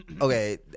Okay